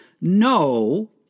no